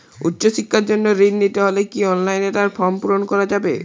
উচ্চশিক্ষার জন্য ঋণ নিতে হলে কি অনলাইনে তার ফর্ম পূরণ করা যাবে?